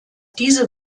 diese